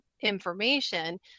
information